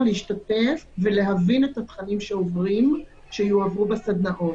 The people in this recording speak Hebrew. להשתתף ולהבין את התכנים שיועברו בסדנאות.